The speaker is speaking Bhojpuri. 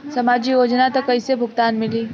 सामाजिक योजना से कइसे भुगतान मिली?